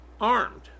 armed